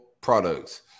products